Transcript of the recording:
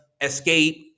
Escape